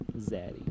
Zaddy